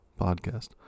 podcast